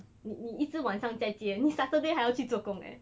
你你一直晚上在解你 saturday 还要去做工 leh